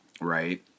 Right